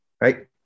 right